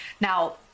now